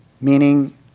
meaning